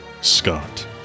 Scott